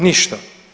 Ništa.